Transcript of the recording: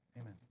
amen